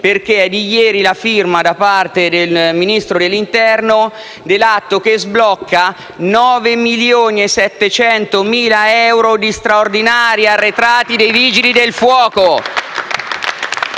perché è di ieri la firma, da parte del Ministro dell'interno, dell'atto che sblocca 9,7 milioni di euro di straordinari arretrati dei Vigili del fuoco.